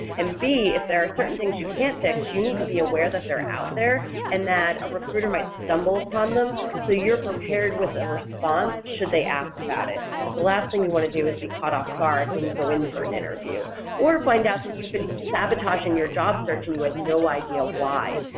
and b if there are certain things you can't fix you need to be aware that they're out there and that a recruiter might stumble upon them so you're prepared with a response should they ask about it because the last thing you want to do is be caught off guard when you go in for an interview or find out that you've been sabotaging your job search and you had no idea why.